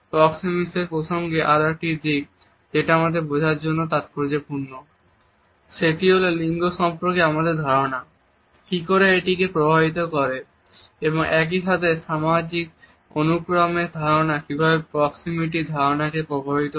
প্রক্সেমিক্সের প্রসঙ্গে আরেকটি দিক যেটি আমাদের বোঝার জন্য তাৎপর্যপূর্ণ সেটি হল লিঙ্গ সম্পর্কে আমাদের ধারণা কি করে এটিকে প্রভাবিত করে এবং একইসাথে সামাজিক অনুক্রমের ধারণা কিভাবে প্রক্সেমিটির ধারণাকে প্রভাবিত করে